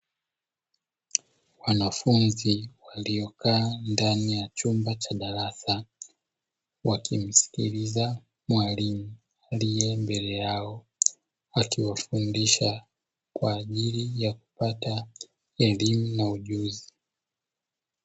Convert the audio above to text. Wanafunzi waliokaa ndani ya chumba cha darasa wakimsikiliza mwalimu aliye mbele yao. Akiwafundisha kwa ajili ya kupata elimu na ujuzi.